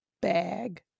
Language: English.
bag